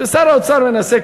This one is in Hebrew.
ושר האוצר מנסה,